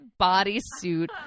bodysuit